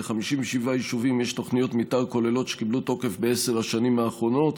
ל-57 יישובים יש תוכניות מתאר כוללות שקיבלו תוקף בעשר השנים האחרונות,